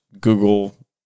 Google